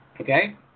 Okay